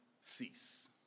cease